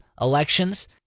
elections